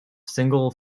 single